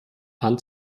fand